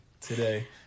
today